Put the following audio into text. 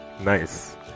nice